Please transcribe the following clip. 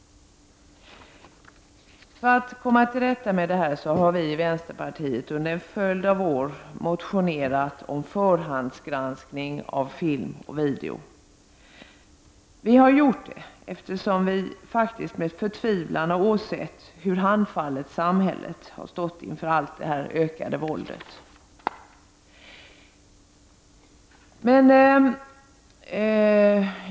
För att komma till rätta med detta har vi i vänsterpartiet under en följd av år motionerat om förhandsgranskning av film och video. Vi har faktiskt med förtvivlan åsett hur handfallet samhället har stått inför det ökade våldet.